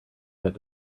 get